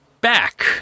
back